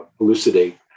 elucidate